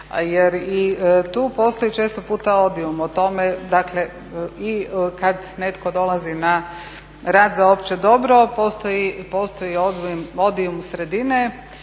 jer i tu postoji često puta odium o tome, dakle i kad netko dolazi na rad za opće dobro, postoji odium sredine